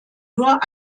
nur